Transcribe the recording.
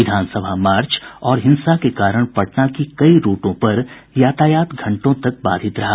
विधान सभा मार्च और हिंसा के कारण पटना की कई रूटों पर यातायात घंटों तक बाधित रहा